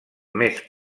més